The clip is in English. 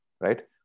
right